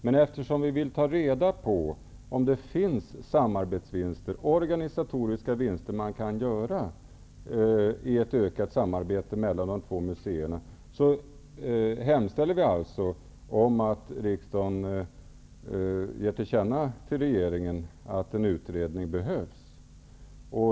Men eftersom vi vill ta reda på om man kan göra samarbetsvinster eller organisatoriska vinster genom ett ökat samarbete mellan de två museerna, hemställer vi om att riksdagen ger regeringen till känna att en utredning behövs.